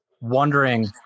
wondering